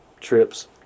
trips